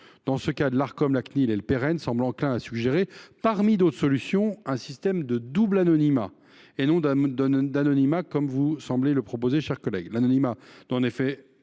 Dans ce cadre, l’Arcom, la Cnil et le PEReN semblent enclins à suggérer, parmi d’autres solutions, un système de double anonymat et non simplement d’anonymat, comme vous semblez le proposer, mon cher collègue.